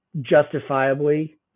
justifiably